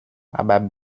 aber